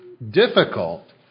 Difficult